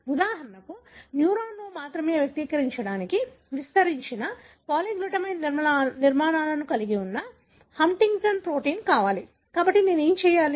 ఉదాహరణకు న్యూరాన్ లో మాత్రమే వ్యక్తీకరించడానికి విస్తరించిన పాలీగ్లుటమైన్ నిర్మాణాలను కలిగి ఉన్న హంటింగ్టన్ ప్రోటీన్ కావాలి కాబట్టి నేను ఏమి చేయాలి